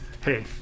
hey